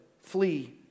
flee